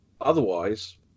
otherwise